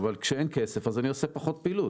אבל כשאין כסף, אז אני עושה פחות פעילות.